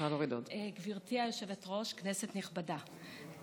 כנסת נכבדה,